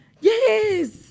Yes